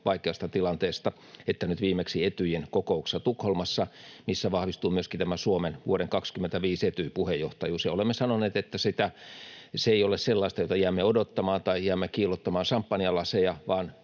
vaikeasta tilanteesta, että nyt viimeksi Etyjin kokouksessa Tukholmassa, missä vahvistui myöskin tämä Suomen vuoden 25 Etyj-puheenjohtajuus. Ja olemme sanoneet, että se ei ole sellaista, että jäämme odottamaan tai jäämme kiillottamaan samppanjalaseja,